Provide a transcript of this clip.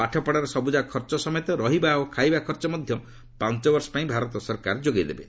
ପାଠପଢ଼ାର ସବ୍ରଯାକ ଖର୍ଚ୍ଚ ସମେତ ଓ ରହିବା ଖାଇବା ଖର୍ଚ୍ଚ ମଧ୍ୟ ପାଞ୍ଚ ବର୍ଷ ପାଇଁ ଭାରତ ସରକାର ବହନ କରିବେ